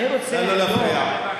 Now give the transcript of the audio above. נא לא להפריע.